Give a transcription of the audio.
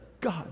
God